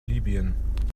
libyen